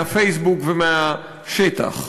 מהפייסבוק ומהשטח.